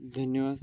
धन्यवाद